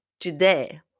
today